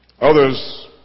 Others